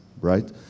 right